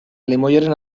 limoiaren